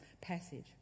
passage